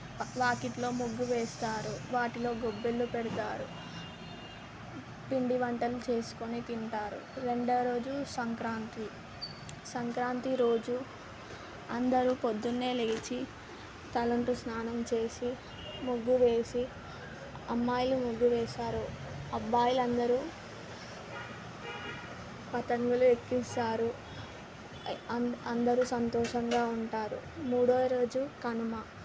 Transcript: వాకిట్లో ముగ్గు వేస్తారు వాటిలో గొబ్బిళ్ళు పెడతారు పిండివంటలు చేసుకొని తింటారు రెండవ రోజు సంక్రాంతి సంక్రాంతి రోజు అందరూ పొద్దున్నే లేచి తలంటు స్నానం చేసి ముగ్గు వేసి అమ్మాయిలు ముగ్గు వేస్తారు అబ్బాయిలు అందరూ పతంగులు ఎక్కిస్తారు అని అందరూ సంతోషంగా ఉంటారు మూడవరోజు కనుమ